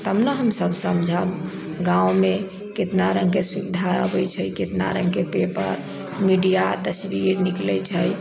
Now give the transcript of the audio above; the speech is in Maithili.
तब ने हमसब समझब गाँव मे केतना रंग के सुविधा अबै छै केतना रंग के पेपर मीडिया तस्वीर निकलै छै